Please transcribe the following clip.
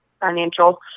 financial